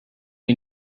may